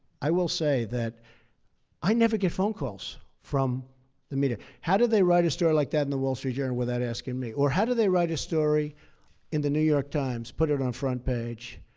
i will say that i never get phone calls from the media. how do they write a story like that in the wall street journal without asking me? or how do they write a story in the new york times, put it on front page?